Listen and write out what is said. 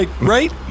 right